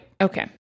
Okay